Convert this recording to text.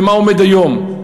ומה עומד היום.